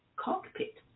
cockpit